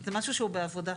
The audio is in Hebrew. זה משהו שהוא בעבודה.